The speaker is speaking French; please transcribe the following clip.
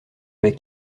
avec